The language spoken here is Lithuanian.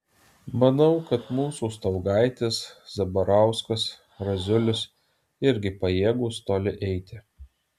manau kad mūsų staugaitis zabarauskas raziulis irgi pajėgūs toli eiti